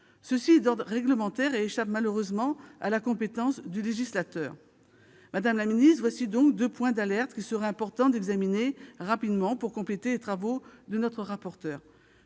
Cela est d'ordre réglementaire et échappe malheureusement à la compétence du législateur. Madame la secrétaire d'État, ce sont donc deux points d'alerte qu'il serait important d'examiner rapidement pour compléter les travaux de notre rapporteur.